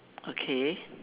okay